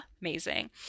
amazing